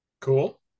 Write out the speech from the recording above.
Cool